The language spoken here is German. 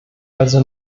also